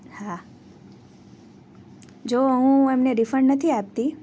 હા જુઓ હું એમને રિફંડ નથી આપતી